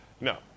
No